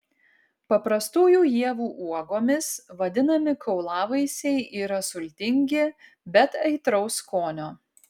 paprastųjų ievų uogomis vadinami kaulavaisiai yra sultingi bet aitraus skonio